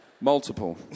Multiple